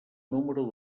número